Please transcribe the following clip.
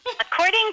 According